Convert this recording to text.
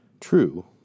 True